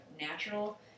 natural